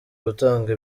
gutanga